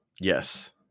Yes